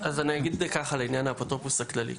לעניין האפוטרופוס הכללי.